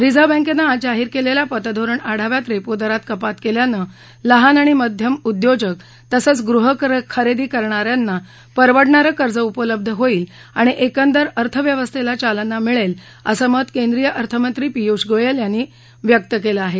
reserve बँकेनं आज जाहीर केलेल्या पतधोरण आढाव्यात रेपो दरात कपात केल्यानं लहान आणि मध्यम उद्योजक तसंच गृहखरेदी करण्या यांना परवडणारं कर्ज उपलब्ध होईल आणि एकंदर अर्थव्यवस्थेला चालना मिळेल असं मत केंद्रीय अर्थमंत्री पियूष गोयल यांनी व्यक्त केलं आहे